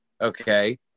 Okay